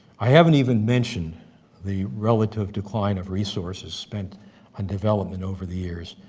i haven't even mentioned the relative decline of resources spent on development over the years,